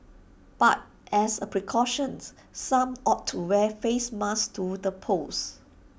but as A precautions some opted to wear face masks to the polls